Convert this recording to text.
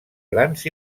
grans